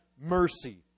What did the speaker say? mercy